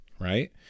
right